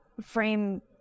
frame